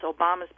Obama's